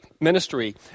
Ministry